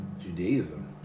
Judaism